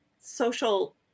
social